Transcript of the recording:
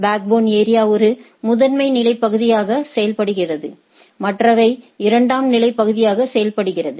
backbone area ஒரு முதன்மை நிலை பகுதியாக செயல்படுகிறது மற்றவை இரண்டாம் நிலை பகுதியாக செயல்படுகிறது